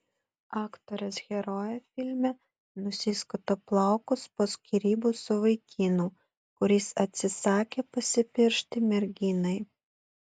aktorės herojė filme nusiskuta plaukus po skyrybų su vaikinu kuris atsisakė pasipiršti merginai